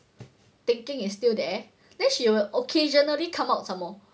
thinking is still there then she will occasionally come out some more